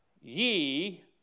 ye